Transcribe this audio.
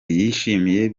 yishimiye